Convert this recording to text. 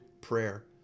prayer